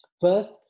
First